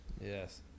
Yes